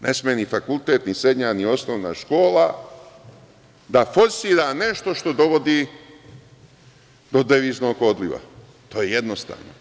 Ne sme ni fakultet, ni srednja, ni osnovna škola da forsira nešto što dovodi do deviznog odliva, to je jednostavno.